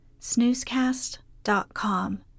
snoozecast.com